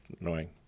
annoying